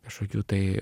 kažkokių tai